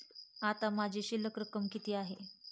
आता माझी शिल्लक रक्कम किती आहे?